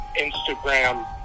Instagram